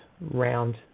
round